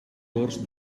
dors